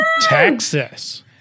Texas